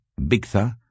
Bigtha